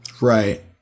Right